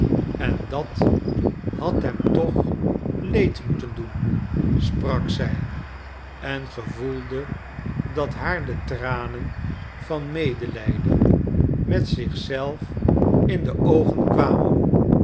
en dat had hem toch leed moeten doen sprak zij en gevoelde dat haar de tranen van medelijden met zich zelf in de oogen kwamen